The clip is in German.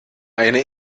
eine